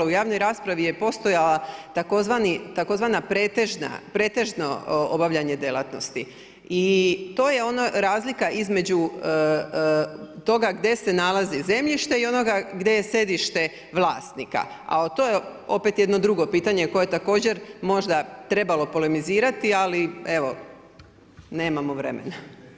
U javnoj raspravi je postojala tzv. pretežno obavljanje delatnosti i to je ona razlika između toga gde se nalazi zemljište i onoga gde je sedište vlasnika, a to je opet jedno drugo čitanje koje također možda trebalo polemizirati, ali evo nemamo vremena.